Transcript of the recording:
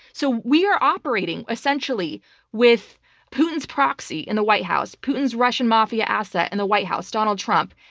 so we are operating essentially with putin's proxy in the white house, putin's russian mafia asset and the white house, donald trump.